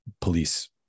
police